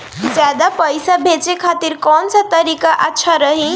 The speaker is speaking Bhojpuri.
ज्यादा पईसा भेजे खातिर कौन सा तरीका अच्छा रही?